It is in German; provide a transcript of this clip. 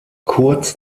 kurz